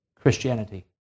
Christianity